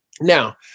now